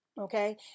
okay